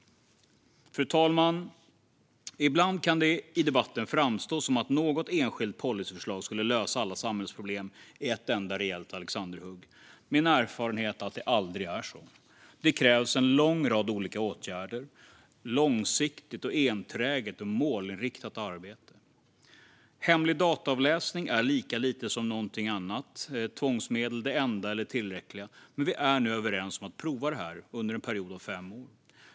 Fru talman! Ibland kan det i debatten framstå som att något enskilt policyförslag skulle lösa samhällsproblem i ett enda rejält alexanderhugg. Min erfarenhet är att det aldrig är så. Det krävs en lång rad olika åtgärder och ett långsiktigt, enträget och målinriktat arbete. Hemlig dataavläsning är lika lite som något annat tvångsmedel det enda tillräckliga, men vi är nu överens om att pröva detta under en period av fem år.